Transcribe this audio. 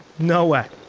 no way.